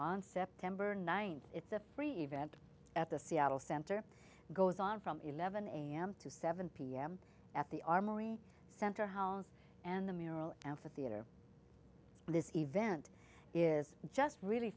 on september ninth it's a free event at the seattle center goes on from eleven am to seven pm at the armory center homes and the mural amphitheater this event is just really